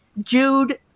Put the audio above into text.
Jude